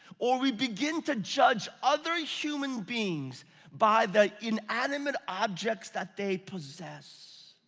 or we begin to judge other human beings by the inanimate objects that they possess,